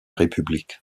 république